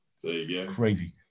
crazy